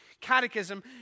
catechism